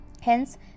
Hence